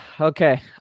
Okay